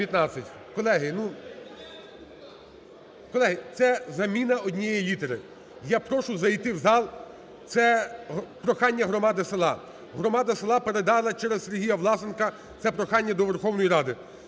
Колеги, це заміна однієї літери. Я прошу зайти в зал. Це прохання громади села. Громада села передала через СергіяВласенка це прохання до Верховної Ради.